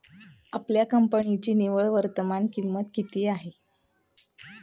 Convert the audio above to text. आपल्या कंपन्यांची निव्वळ वर्तमान किंमत किती आहे?